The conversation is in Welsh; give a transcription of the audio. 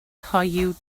hoyw